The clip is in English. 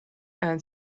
and